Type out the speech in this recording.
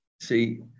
see